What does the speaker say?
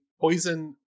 poison